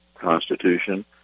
Constitution